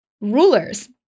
Rulers